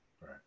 right